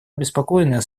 обеспокоены